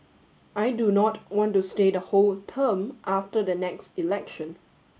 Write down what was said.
I do not want to stay the whole term after the next election